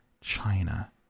china